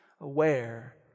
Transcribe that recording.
aware